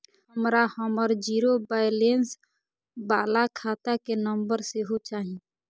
हमरा हमर zero balance बाला खाता के नम्बर सेहो चाही